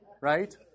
right